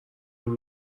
این